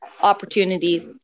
opportunities